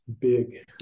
big